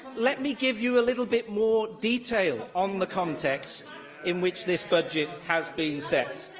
let me give you a little bit more detail on the context in which this budget has been set,